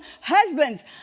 Husbands